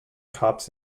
cops